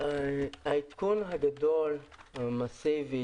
העדכון הגדול והמסיבי,